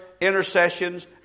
intercessions